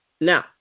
Now